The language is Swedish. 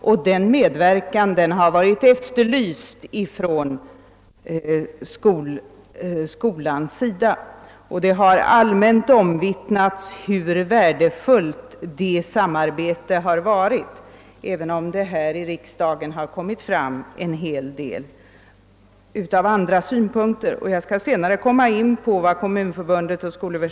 En sådan medverkan har efterlysts av skolan, och det har allmänt omvittnats hur värdefullt det samarbetet har varit, även om här i riksdagen en del andra synpunkter förts fram.